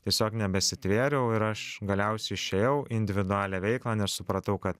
tiesiog nebesitvėriau ir aš galiausiai išėjau į individualią veiklą nes supratau kad